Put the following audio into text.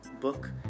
book